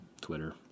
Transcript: Twitter